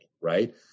right